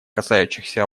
касающихся